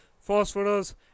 phosphorus